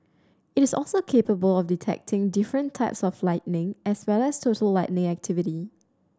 it is also capable of detecting different types of lightning as well as total lightning activity